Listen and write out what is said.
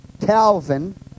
Calvin